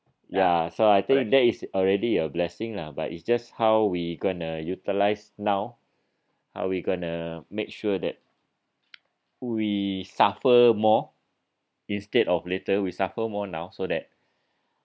ya so I think that is already a blessing lah but it's just how we're going to utilise now how we're going to make sure that we suffer more instead of later we suffer more now so that